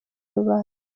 rubanda